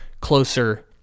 closer